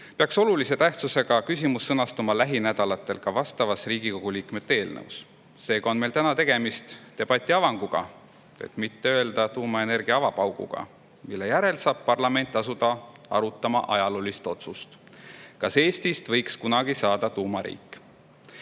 peaks olulise tähtsusega küsimus sõnastuma lähinädalatel ka vastavas Riigikogu liikmete eelnõus. Seega on meil täna tegemist debati avanguga, et mitte öelda tuumaenergia avapauguga, mille järel saab parlament asuda arutama ajaloolist otsust, kas Eestist võiks kunagi saada tuumariik. Milles